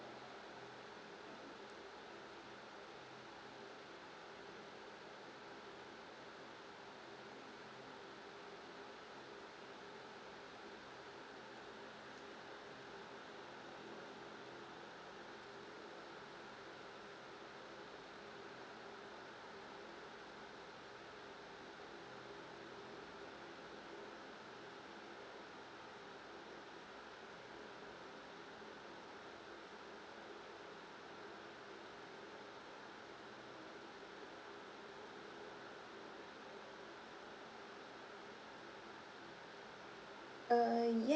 err yes